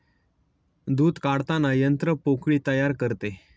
दूध काढताना यंत्र पोकळी तयार करते